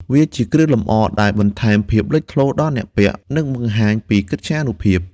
វាជាគ្រឿងលម្អដែលបន្ថែមភាពលេចធ្លោដល់អ្នកពាក់ និងបង្ហាញពីកិត្យានុភាពខ្ពស់។